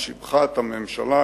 ושיבחה את הממשלה,